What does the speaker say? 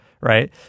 right